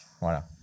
Voilà